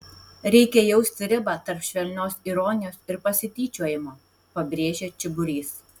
reikia jausti ribą tarp švelnios ironijos ir pasityčiojimo pabrėžia čiburys